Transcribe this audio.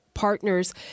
Partners